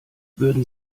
würden